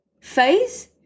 phase